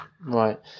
right